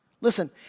Listen